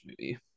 movie